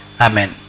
Amen